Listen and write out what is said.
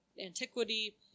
Antiquity